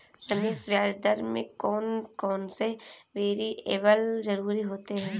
रमेश ब्याज दर में कौन कौन से वेरिएबल जरूरी होते हैं?